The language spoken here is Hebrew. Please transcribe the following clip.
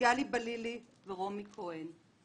גלי בללי ורומי כהן.